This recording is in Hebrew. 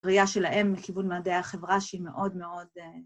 ‫בראייה שלהם מכיוון מדעי החברה ‫שהיא מאוד מאוד...